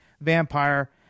vampire